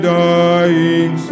dying